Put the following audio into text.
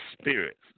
spirits